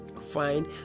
Fine